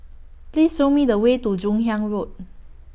Please Show Me The Way to Joon Hiang Road